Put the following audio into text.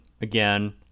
again